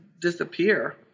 disappear